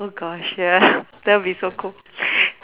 Gosh ya that would be so cool